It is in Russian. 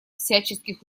всяческих